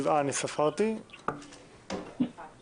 הצבעה בעד, 7 נגד, אין נמנעים,